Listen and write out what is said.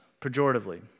pejoratively